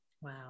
Wow